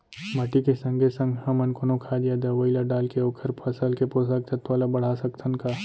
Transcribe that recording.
माटी के संगे संग हमन कोनो खाद या दवई ल डालके ओखर फसल के पोषकतत्त्व ल बढ़ा सकथन का?